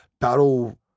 battle